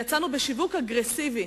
יצאנו בשיווק אגרסיבי